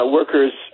workers